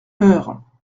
peur